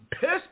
pissed